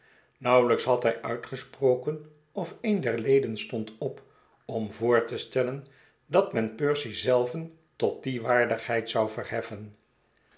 nauwelijks had hij uitgesproken of een der leden stond op om voor te stellen dat men percy zelven tot die waardigheid zou verheffen